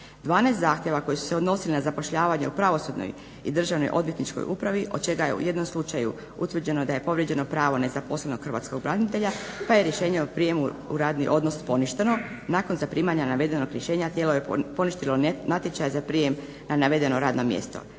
12 zahtjeva koja su se odnosila na zapošljavanje u pravosudnoj i Državnoj odvjetničkoj upravi od čega je u jednom slučaju utvrđeno da je povrijeđeno pravo nezaposlenog hrvatskog branitelja pa je rješenje o prijemu u radni odnos poništeno nakon zaprimanja navedenog rješenja tijelo je poništilo natječaj za prijem na navedeno radno mjesto,